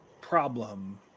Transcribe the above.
problem